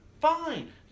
fine